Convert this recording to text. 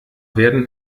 werden